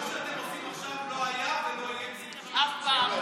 מה שאתם עושים עכשיו לא היה ולא יהיה עם סעיף 98. אף פעם,